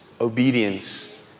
obedience